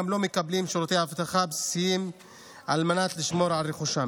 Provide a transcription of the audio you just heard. לא מקבלים שירותי אבטחה בסיסיים על מנת לשמור על רכושם.